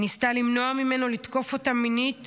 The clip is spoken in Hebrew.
היא ניסתה למנוע ממנו לתקוף אותה מינית